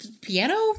Piano